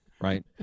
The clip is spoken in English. right